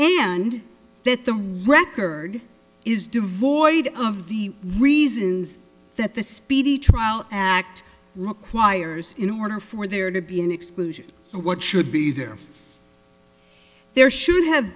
fit the record is devoid of the reasons that the speedy trial act requires in order for there to be an exclusion for what should be there there should have